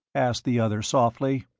asked the other, softly.